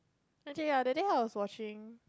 actually ya that day I was watching